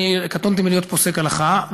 אני קטונתי מלהיות פוסק הלכה,